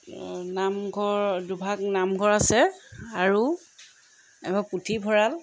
নামঘৰ দুভাগ নামঘৰ আছে আৰু এভাগ পুথিভঁৰাল